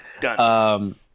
Done